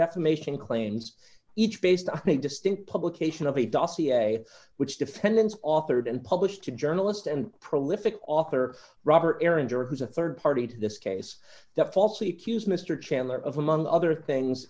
defamation claims each based on a distinct publication of a dossier which defendants authored and published to journalist and prolific author robert berenger who's a rd party to this case that falsely accused mr chandler of among other things